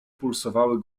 pulsowały